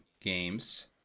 games